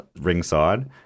ringside